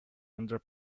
under